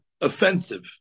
offensive